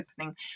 opening